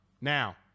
now